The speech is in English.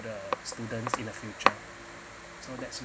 the students in the future so that's